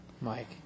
Mike